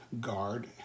guard